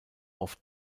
auf